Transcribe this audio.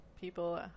people